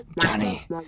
Johnny